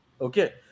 Okay